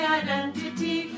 identity